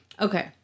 Okay